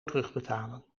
terugbetalen